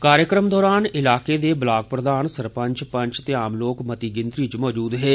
कार्यक्रम दौरान इलाके दे ब्लाक प्रधान सरपंच पंच ते आम लोक मती गिनतरी च मौजूद हे